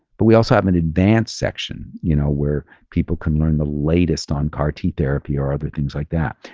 but we also have an advanced section you know where people can learn the latest on car-t therapy or other things like that.